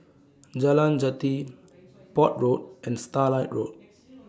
Jalan Jati Port Road and Starlight Road